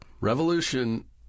Revolution